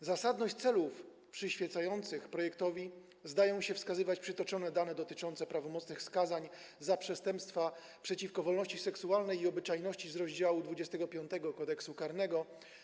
Na zasadność celów przyświecających projektowi zdają się wskazywać przytoczone dane dotyczące prawomocnych skazań za przestępstwa przeciwko wolności seksualnej i obyczajności - rozdział XXV Kodeksu karnego.